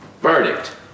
Verdict